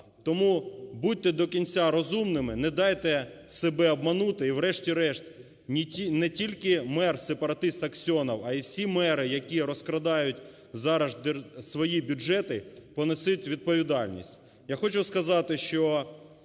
Тому будьте до кінця розумними, не дайте себе обманути. І врешті-решт не тільки мер-сепаратист Аксьонов, а і всі мери, які розкрадають зараз свої бюджети, понесуть відповідальність.